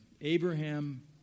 Abraham